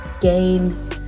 gain